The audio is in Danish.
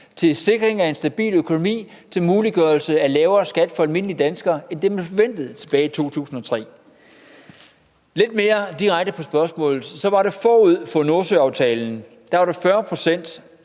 til sikring af en stabil økonomi og til muliggørelse af lavere skat for almindelige danskere end det, man forventede tilbage i 2003. Som et lidt mere direkte svar på spørgsmålet var det 40 pct., der var statens